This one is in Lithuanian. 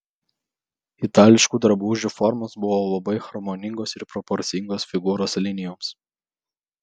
itališkų drabužių formos buvo labai harmoningos ir proporcingos figūros linijoms